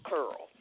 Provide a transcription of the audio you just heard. Curl